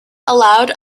allowed